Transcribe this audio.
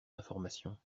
d’information